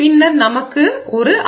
பின்னர் நமக்கு ஒரு அடித்தளம் உள்ளது